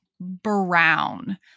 brown